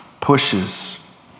pushes